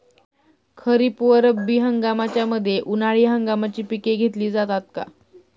खरीप व रब्बी हंगामाच्या मध्ये उन्हाळी हंगामाची पिके घेतली जातात का?